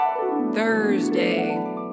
Thursday